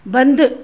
बंदि